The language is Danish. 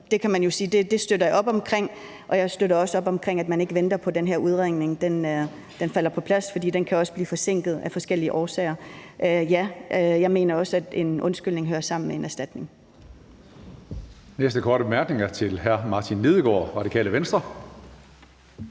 og man kan jo sige, at jeg støtter op omkring det, og at jeg også støtter op omkring, at man ikke venter på, at den her udredning falder på plads. For den kan også blive forsinket af forskellige årsager. Ja, jeg mener også, at en undskyldning hører sammen med en erstatning.